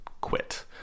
quit